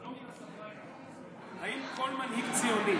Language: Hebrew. לא מן השפה אל החוץ: האם כל מנהיג ציוני,